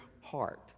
heart